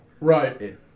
Right